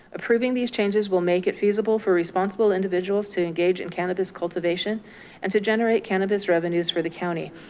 approving these changes will make it feasible for responsible individuals to engage in cannabis cultivation and to generate cannabis revenues for the county,